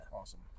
Awesome